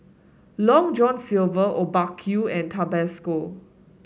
Long John Silver Obaku and Tabasco